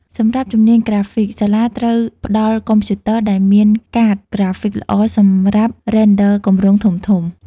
សម្រាប់ជំនាញក្រាហ្វិក សាលាត្រូវផ្តល់កុំព្យូទ័រដែលមានកាតក្រាហ្វិកល្អសម្រាប់ការ Render គម្រោងធំៗ។